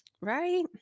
Right